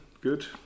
good